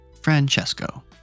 Francesco